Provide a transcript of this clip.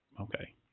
Okay